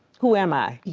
who am i?